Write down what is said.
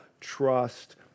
trust